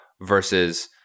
versus